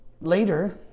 Later